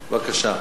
בבקשה.